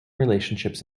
relationships